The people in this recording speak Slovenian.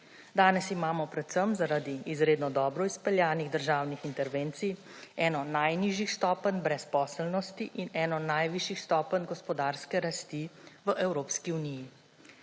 Danes imamo predvsem zaradi izredno dobro izpeljanih državnih intervencij eno najnižjih stopenj brezposelnosti in eno najvišjih stopenj gospodarske rasti v Evropski uniji.